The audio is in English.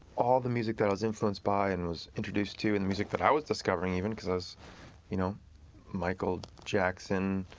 all the music that was influenced by and was introduced to and the music that i was discovering even, because as you know michael jackson,